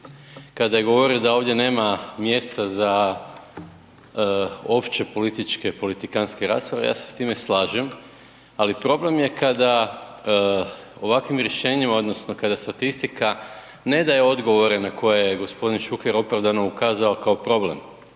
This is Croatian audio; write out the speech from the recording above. kada je govorio da ovdje nema mjesta za opće političke, politikantske rasprave. Ja se s time slažem, ali problem je kada ovakvim rješenjima odnosno kada statistika ne daje odgovore na koje je gospodin Šuker opravdano ukazao kao problem,